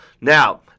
Now